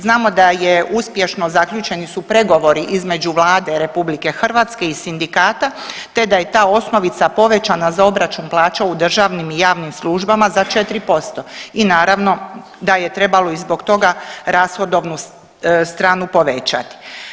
Znamo da je uspješno zaključeni su pregovori između Vlade Republike Hrvatske i sindikata te da je ta osnovica povećana za obračun plaća u državnim i javnim službama za 4% i naravno da je trebalo i zbog toga rashodovnu stranu povećati.